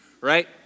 right